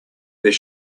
there